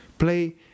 play